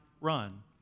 run